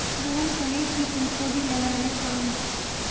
गरम कले की फूलकोबी लगाले पाम?